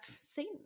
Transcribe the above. seen